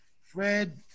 Fred